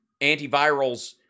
antivirals